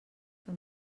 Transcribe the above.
que